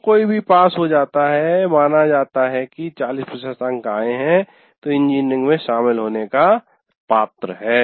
जो कोई भी पास हो जाता है माना कि 40 प्रतिशत अंक आये है तो इंजीनियरिंग में शामिल होने का पात्र हैं